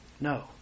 No